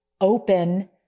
open